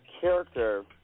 character